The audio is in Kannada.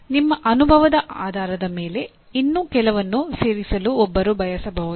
ನಿಮ್ಮ ಅನುಭವದ ಆಧಾರದ ಮೇಲೆ ಇನ್ನೂ ಕೆಲವನ್ನು ಸೇರಿಸಲು ಒಬ್ಬರು ಬಯಸಬಹುದು